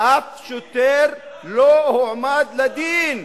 אף שוטר לא הועמד לדין,